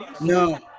No